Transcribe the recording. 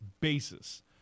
basis